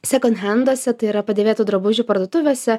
sekand henduose tai yra padėvėtų drabužių parduotuvėse